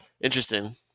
interesting